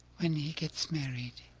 when he gets married,